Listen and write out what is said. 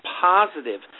positive